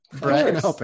Brett